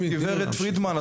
גב' פרידמן,